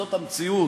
זאת המציאות.